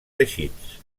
teixits